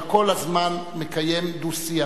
אתה כל הזמן מקיים דו-שיח,